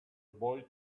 boy